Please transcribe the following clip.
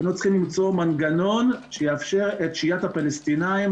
היינו צריכים למצוא מנגנון שיאפשר את שהיית הפלסטינאים